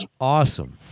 awesome